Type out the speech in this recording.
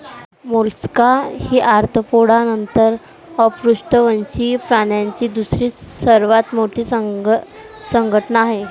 Mollusca ही arthropoda नंतर अपृष्ठवंशीय प्राण्यांची दुसरी सर्वात मोठी संघटना आहे